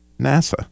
NASA